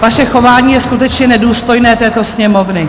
Vaše chování je skutečně nedůstojné této Sněmovny.